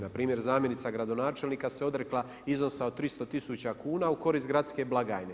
Npr. zamjenica gradonačelnik se odrekla iznosa od 300000 kn u korist gradske blagajne.